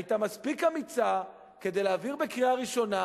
היתה מספיק אמיצה כדי להעביר בקריאה ראשונה